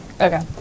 Okay